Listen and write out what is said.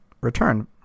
return